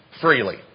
freely